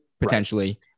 potentially